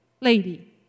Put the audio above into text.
lady